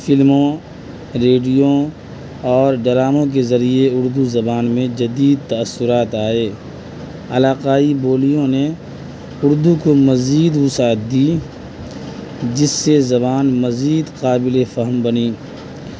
فلموں ریڈیو اور ڈراموں کے ذریعے اردو زبان میں جدید تاثرات آئے علاقائی بولیوں نے اردو کو مزید وسعت دی جس سے زبان مزید قابل فہم بنی